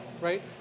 right